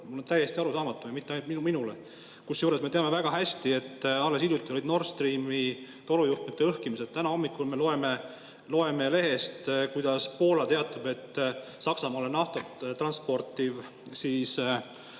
mulle täiesti arusaamatu ja mitte ainult minule. Kusjuures me teame väga hästi, et alles hiljuti olid Nord Streami torujuhtmete õhkimised. Täna hommikul loeme lehest, kuidas Poola teatab, et Saksamaale naftat transportiv